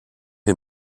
est